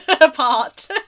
apart